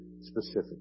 specific